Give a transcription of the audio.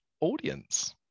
audience